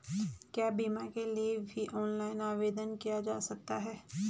क्या बीमा के लिए भी ऑनलाइन आवेदन किया जा सकता है?